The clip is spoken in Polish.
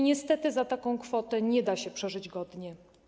Niestety za taką kwotę nie da się przeżyć godnie.